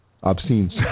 Obscene